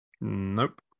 Nope